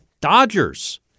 Dodgers